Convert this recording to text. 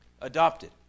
adopted